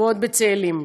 ועוד בצאלים.